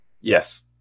Yes